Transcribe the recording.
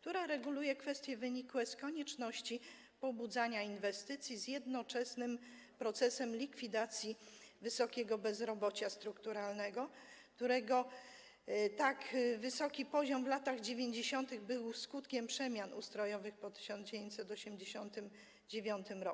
która reguluje kwestie wynikłe z konieczności pobudzania inwestycji, jednocześnie z procesem likwidacji wysokiego bezrobocia strukturalnego, którego tak wysoki poziom w latach 90. był skutkiem przemian ustrojowych po 1989 r.